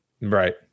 Right